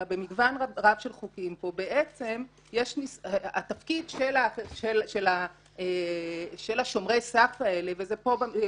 אלא במגוון רב של חוקים פה בעצם התפקיד של שומרי הסף האלה פה אלה